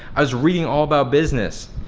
i was reading all about business,